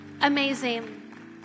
amazing